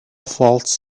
faults